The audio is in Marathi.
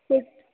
क